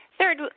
Third